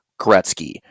Gretzky